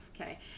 okay